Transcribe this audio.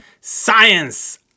Science